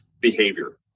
behavior